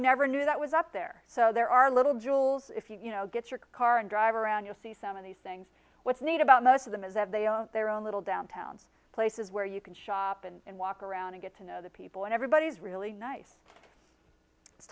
never knew that was up there so there are little jewels if you get your car and drive around you'll see some of these things what's neat about most of them is that they are their own little downtown places where you can shop and walk around and get to know the people and everybody's really nice to